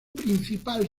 principal